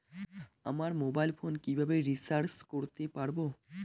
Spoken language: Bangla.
আমার মোবাইল ফোন কিভাবে রিচার্জ করতে পারব?